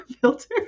filter